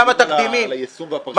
זה דיון על היישום והפרשנות.